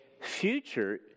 future